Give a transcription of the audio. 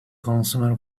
consumer